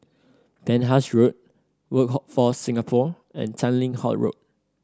Penhas Road Workforce Singapore and Tanglin Halt Road